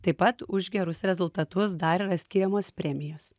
taip pat už gerus rezultatus dar yra skiriamos premijos